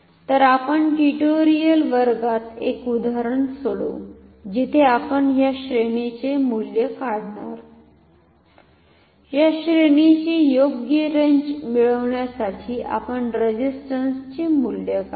तर आपण ट्यूटोरियल वर्गात एक उदाहरण सोडवु जिथे आपण ह्या श्रेणीचे मूल्य काढणार या श्रेणीची योग्य रेंज मिळवण्यासाठी आपण रेझिस्टंसेसचे मूल्य काढणार